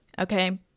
Okay